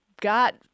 got